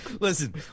Listen